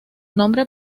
nombre